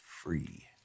free